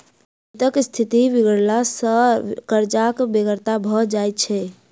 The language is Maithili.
वित्तक स्थिति बिगड़ला सॅ कर्जक बेगरता भ जाइत छै